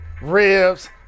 ribs